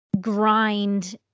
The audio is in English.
grind